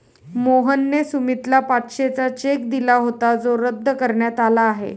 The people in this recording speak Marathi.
मोहनने सुमितला पाचशेचा चेक दिला होता जो रद्द करण्यात आला आहे